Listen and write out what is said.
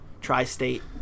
tri-state